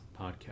podcast